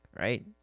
right